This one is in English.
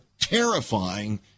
terrifying